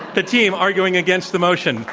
the team arguing against the motion,